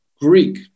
Greek